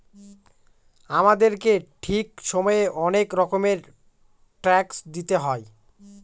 আমাদেরকে ঠিক সময়ে অনেক রকমের ট্যাক্স দিতে হয়